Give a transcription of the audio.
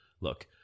look